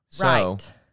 Right